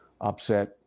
upset